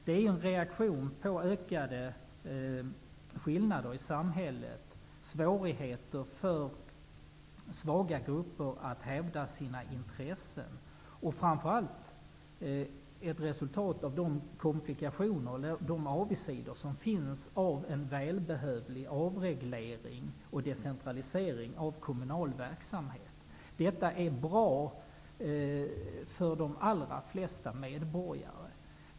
Det är en reaktion på ökade skillnader i samhället och svårigheter för svaga grupper att hävda sina intressen. Framför allt är det ett resultat av de avigsidor som finns av en välbehövlig avreglering och decentralisering av kommunal verksamhet. Detta är bra för de allra flesta medborgare.